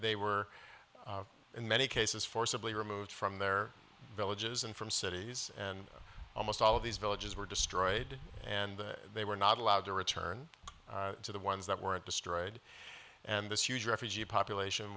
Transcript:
they were in many cases forcibly removed from their villages and from cities and almost all of these villages were destroyed and they were not allowed to return to the ones that weren't destroyed and this huge refugee population